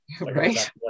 right